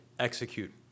execute